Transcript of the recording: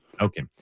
Okay